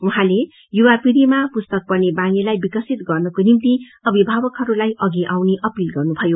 उहाँले युवा पीढ़ीामा पुस्तक पढ़ने बानीलाई विकसित गर्नको निम्ति अभिभावकहरूलाई अघि आउने अपील गर्नुभयो